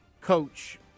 coach